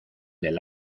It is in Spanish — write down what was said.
del